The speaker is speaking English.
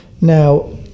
Now